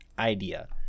idea